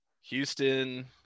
Houston